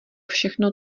všechno